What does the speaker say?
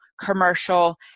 commercial